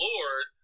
Lord